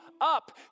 up